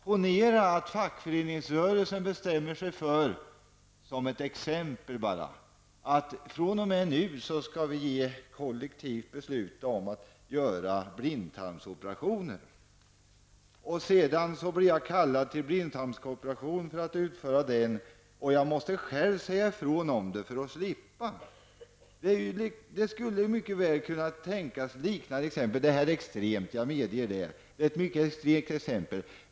Ponera t.ex. att fackföreningsrörelsen skulle bestämma sig för att vi fr.o.m. nu skall ha kollektiva beslut om blindtarmsoperationer. Jag blir då kallad till operation. Men för att slippa denna måste jag själv säga ifrån. Jag medger att det här verkligen är ett extremt exempel.